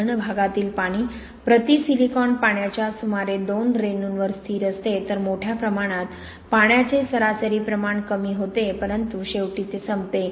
घन भागातील पाणी प्रति सिलिकॉन पाण्याच्या सुमारे 2 रेणूवर स्थिर असते तर मोठ्या प्रमाणात पाण्याचे सरासरी प्रमाण कमी होते परंतु शेवटी संपते